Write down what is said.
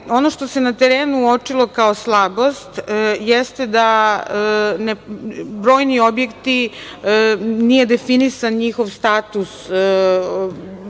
što se na terenu uočilo kao slabost jeste da brojni objekti, nije definisan njihov status,